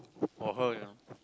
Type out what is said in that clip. for her you know